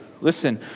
Listen